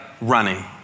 running